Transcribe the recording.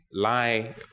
lie